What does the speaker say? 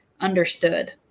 understood